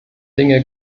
dinge